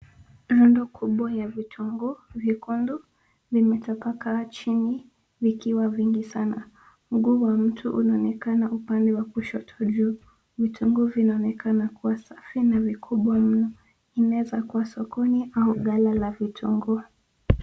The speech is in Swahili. Rundo kubwa ya vitunguu vyekundu vimetapakaa chini vikiwa vingi sana. Mguu wa mtu unaonekana upande wa kushoto juu. Vitunguu vinaonekana kuwa safi na mikubwa mno. Inaweza kuwa sokoni au ghala la vitunguu.